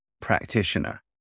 practitioner